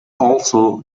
also